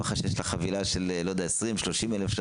מישהו צריך לשלם לבית החולים על המיון.